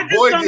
boy